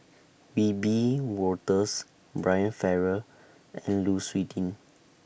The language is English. Wiebe Wolters Brian Farrell and Lu Suitin